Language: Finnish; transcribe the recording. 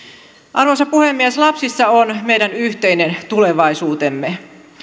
arvoisa puhemies lapsissa on meidän yhteinen tulevaisuutemme